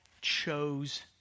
chose